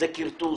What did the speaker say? בכרטוס.